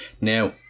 Now